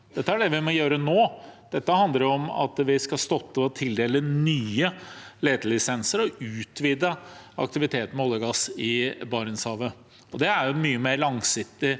første er det vi må gjøre nå. Dette handler om at vi skal stoppe med å tildele nye letelisenser og utvide aktiviteten med olje og gass i Barentshavet. Det er et mye mer langsiktig